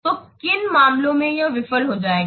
तो किन मामलों में यह विफल हो जाएगा